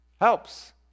helps